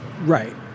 Right